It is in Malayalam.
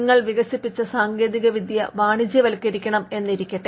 നിങ്ങൾ വികസിപ്പിച്ച സാങ്കേതികവിദ്യ വാണിജ്യവത്കരിക്കണം എന്നിരിക്കട്ടെ